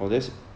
oh that's